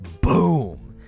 boom